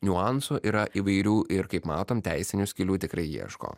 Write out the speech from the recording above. niuansų yra įvairių ir kaip matom teisinių skylių tikrai ieško